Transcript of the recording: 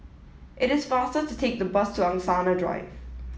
it is faster to take the bus to Angsana Drive